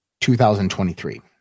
2023